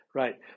right